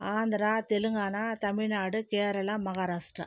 Andhra Telangana Tamil Nadu Kerala Maharashtra